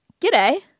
G'day